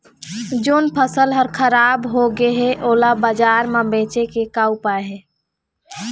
जोन फसल हर खराब हो गे हे, ओला बाजार म बेचे के का ऊपाय हे?